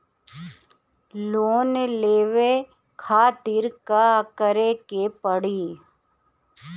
Loan लेवे खातिर का करे के पड़ी?